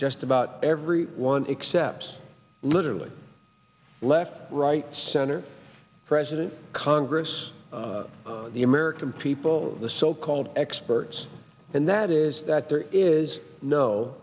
just about every one except literally left right center president congress the american people the so called experts and that is that there is no